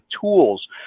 tools